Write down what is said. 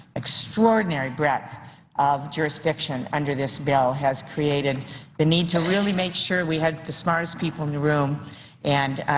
extraordinary breadth of jurisdiction under this bill has created the need to really make sure we had the smartest people in the room and,